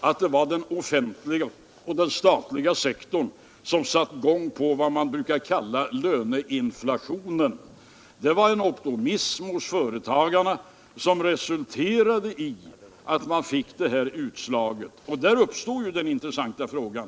att det var den offentliga och statliga sektorn som satte i gång vad man brukar kalla löneinflationen. Det var en optimism hos företagarna som resulterade i att man fick detta utslag. Och där uppstår en intressant fråga.